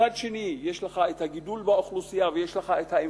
מצד שני יש לך גידול באוכלוסייה ויש לך אינפלציה,